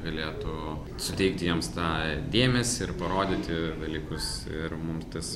galėtų suteikti jiems tą dėmesį ir parodyti dalykus ir mum tas